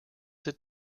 sit